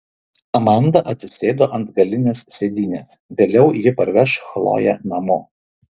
amanda atsisėdo ant galinės sėdynės vėliau ji parveš chloję namo